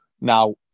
Now